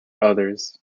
others